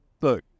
look